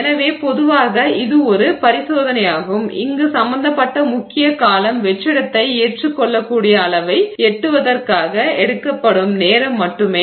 எனவே பொதுவாக இது ஒரு பரிசோதனையாகும் இங்கு சம்பந்தப்பட்ட முக்கிய காலம் வெற்றிடத்தை ஏற்றுக்கொள்ளக்கூடிய அளவை எட்டுவதற்காக எடுக்கப்படும் நேரம் மட்டுமே